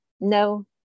no